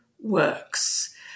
works